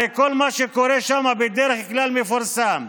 הרי כל מה שקורה שם בדרך כלל מפורסם,